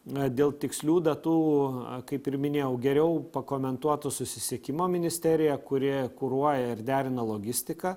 na dėl tikslių datų kaip ir minėjau geriau pakomentuotų susisiekimo ministerija kuri kuruoja ir derina logistiką